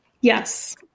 Yes